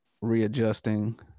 readjusting